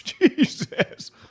Jesus